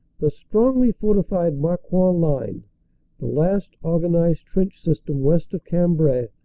the strongly fortified marcoing line the last organized trench system west of cambrai,